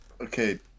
Okay